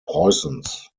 preußens